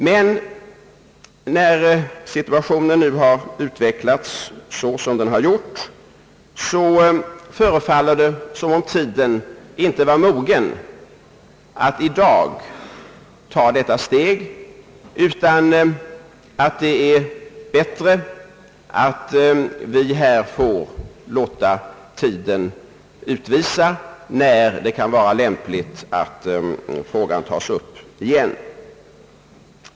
Men när situationen nu har utvecklats så som skett, förefaller det som om tiden inte var mogen att i dag ta detta steg utan att det är bättre att vi här får låta tiden utvisa när det kan vara lämpligt att frågan tas upp igen.